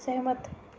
सैह्मत